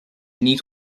niet